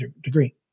degree